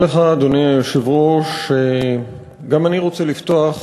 אדוני היושב-ראש, תודה לך, גם אני רוצה לפתוח,